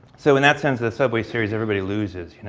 so, in that sense, the subway series, everybody loses. you know